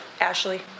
Ashley